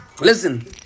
Listen